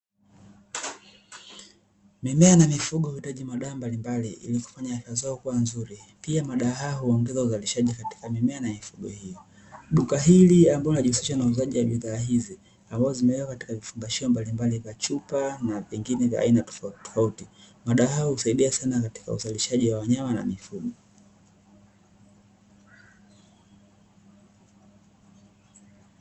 Mimea na mifugo huitaji madawa mbalimbali ilikufanya afya zao kuwa nzuri pia madawa haya huongeza uzalishaji katika mimea na mifugo, duka hili ambalo linajihusisha na uuzaji wa bidhaa hizi ambazo zimewekwa kwenye vifungashio mbalimbali vya chupa na vyengine vya aina tofatitofauti madawa haya husaidia sna katika uzalishaji wa mimea na mifugo.